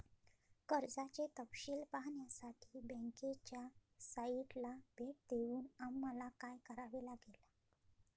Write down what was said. कर्जाचे तपशील पाहण्यासाठी बँकेच्या साइटला भेट देऊन आम्हाला काय करावे लागेल?